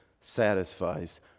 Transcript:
satisfies